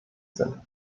sind